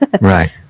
Right